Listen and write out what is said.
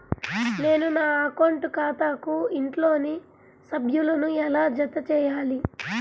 నేను నా అకౌంట్ ఖాతాకు ఇంట్లోని సభ్యులను ఎలా జతచేయాలి?